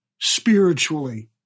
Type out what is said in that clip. spiritually